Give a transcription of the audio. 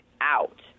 out